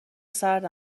سرد